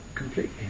Completely